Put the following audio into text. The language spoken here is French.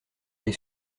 les